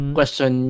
question